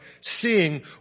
seeing